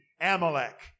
Amalek